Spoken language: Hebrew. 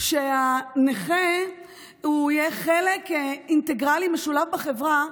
שהנכה יהיה חלק אינטגרלי משולב בחברה,